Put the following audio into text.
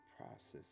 process